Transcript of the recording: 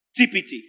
TPT